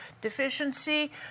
deficiency